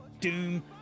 doom